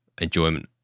enjoyment